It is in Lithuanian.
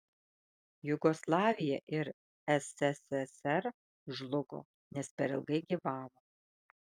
jugoslavija ir sssr žlugo nes per ilgai gyvavo